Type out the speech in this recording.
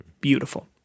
Beautiful